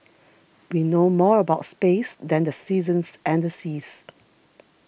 we know more about space than the seasons and the seas